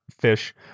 Fish